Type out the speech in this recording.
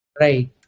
Right